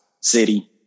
city